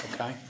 okay